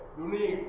unique